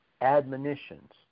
Admonitions